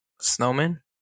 snowman